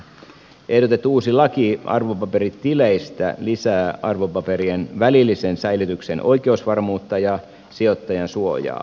ehdotettu uusi laki arvopaperitileistä lisää arvopaperien välillisen säilytyksen oikeusvarmuutta ja sijoittajansuojaa